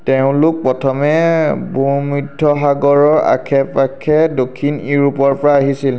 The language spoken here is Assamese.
তেওঁলোক প্ৰথমে ভূমধ্যসাগৰৰ আশে পাশে দক্ষিণ ইউৰোপৰপৰা আহিছিল